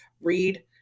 read